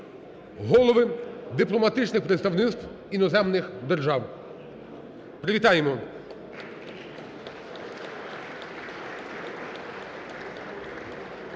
голови дипломатичних представництв іноземних держав. Привітаємо.